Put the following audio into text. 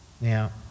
Now